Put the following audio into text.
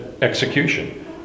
Execution